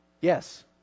Yes